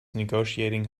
negotiating